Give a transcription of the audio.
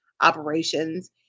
Operations